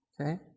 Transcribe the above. Okay